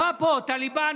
היא אמרה את זה פה,